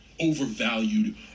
overvalued